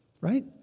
Right